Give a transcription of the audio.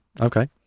okay